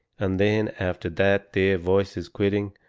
and then after that their voices quitting,